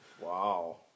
Wow